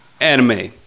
anime